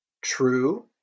True